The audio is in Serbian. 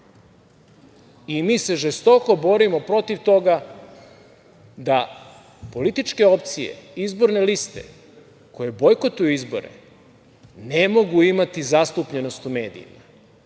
I mi se žestoko borimo protiv toga da političke opcije izborne liste koje bojkotuju izbore ne mogu imati zastupljenost u medijima.